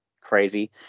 crazy